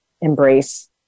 embrace